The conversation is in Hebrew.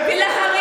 אני כאן לכל הנשים,